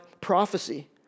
prophecy